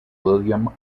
william